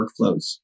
workflows